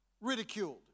Ridiculed